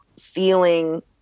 feeling